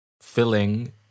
filling